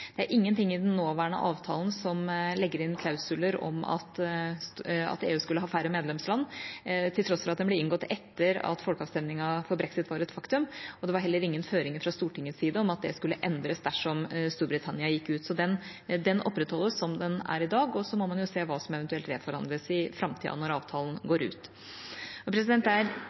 EU skulle ha færre medlemsland, til tross for at den ble inngått etter at folkeavstemningen for brexit var et faktum. Det var heller ingen føringer fra Stortingets side om at det skulle endres dersom Storbritannia gikk ut. Så den opprettholdes slik den er i dag, og så får man se hva som eventuelt reforhandles i framtida, når avtalen går ut.